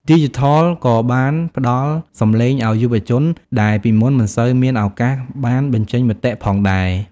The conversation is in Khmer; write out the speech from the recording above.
ឌីជីថលក៏បានផ្ដល់សំឡេងឱ្យយុវជនដែលពីមុនមិនសូវមានឱកាសបានបញ្ចេញមតិផងដែរ។